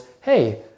Hey